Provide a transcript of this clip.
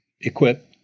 equip